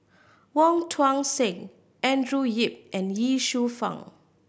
Wong Tuang Seng Andrew Yip and Ye Shufang